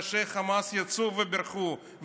ראשי החמאס יצאו ובירכו,